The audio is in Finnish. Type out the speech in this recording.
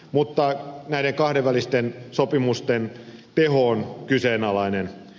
mutta näiden kahdenvälisten sopimusten teho on kyseenalainen